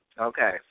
Okay